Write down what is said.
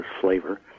flavor